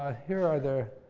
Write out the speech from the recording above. ah here are their